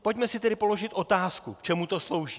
Pojďme si tedy položit otázku, k čemu to slouží.